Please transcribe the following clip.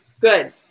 good